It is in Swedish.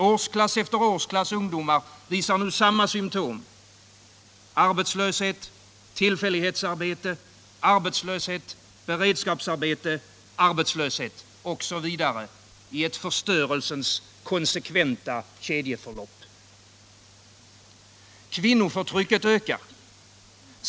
Årsklass efter årsklass ungdomar visar nu samma symptom: arbetslöshet — tillfällighetsarbete — arbetslöshet — beredskapsarbete — arbetslöshet — osv. i ett förstörelsens konsekventa kedjeförlopp. Kvinnoförtrycket ökar.